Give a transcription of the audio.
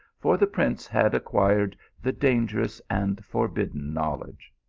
for the prince had acquired the danger ous and forbidden knowledge.